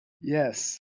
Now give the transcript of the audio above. Yes